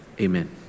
Amen